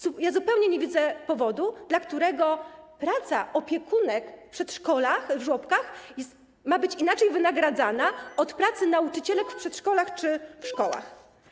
Zupełnie nie widzę powodu, dla którego praca opiekunek w przedszkolach, w żłobkach ma być inaczej wynagradzana niż praca nauczycielek w przedszkolach czy szkołach.